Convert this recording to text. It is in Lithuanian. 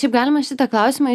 šiaip galima į šitą klausimą